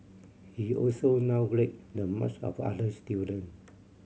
he also downgrade the marks of other student